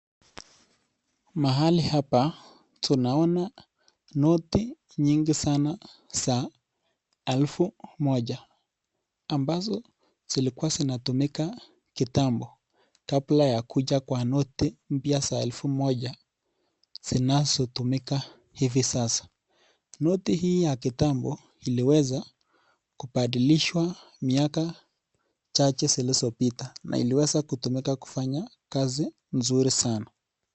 Mahali hapa tunaona noti nyingi sana za elfu moja ambazo zilikua zinatumika kitambo, kabla ya kuja ya noti mpya ya elfu moja zinazotumika hivi sasa. Noti hii ya kitambo iliweza kubadilishwa miaka chache zilizopita na iliweza kutumika kufanya kazi nzuri sana.